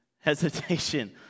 hesitation